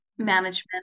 management